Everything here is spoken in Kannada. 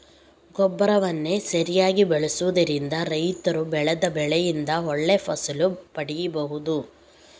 ಗೊಬ್ಬರವನ್ನ ಸರಿಯಾಗಿ ಬಳಸುದರಿಂದ ರೈತರು ಬೆಳೆದ ಬೆಳೆಯಿಂದ ಒಳ್ಳೆ ಫಸಲು ಪಡೀಬಹುದು